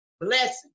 blessing